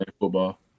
football